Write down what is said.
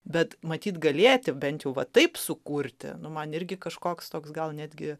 bet matyt galėti bent jau va taip sukurti nu man irgi kažkoks toks gal netgi